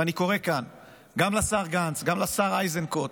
ואני קורא כאן גם לשר גנץ, גם לשר איזנקוט,